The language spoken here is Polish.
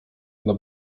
dla